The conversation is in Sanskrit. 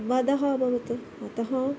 वधः अभवत् अतः